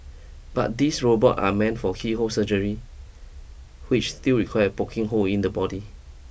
but these robots are meant for keyhole surgery which still requires poking holes in the body